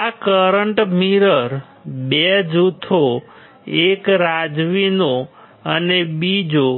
આ current mirror 2 જૂથો એક રાઝવીનો અને બીજો